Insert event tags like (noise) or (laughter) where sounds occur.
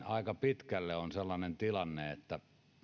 (unintelligible) aika pitkälle on sellainen tilanne että